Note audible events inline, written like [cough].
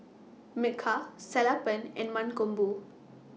[noise] Milkha Sellapan and Mankombu